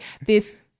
this-